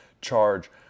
charge